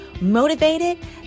Motivated